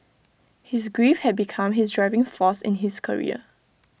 his grief had become his driving force in his career